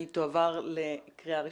אם כך, ההצעה עברה והיא תועבר לקריאה ראשונה.